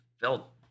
felt